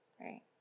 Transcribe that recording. right